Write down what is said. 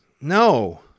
No